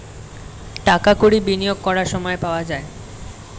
টাকা কড়ি বিনিয়োগ করার সময় পাওয়া যায়